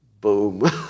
Boom